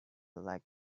like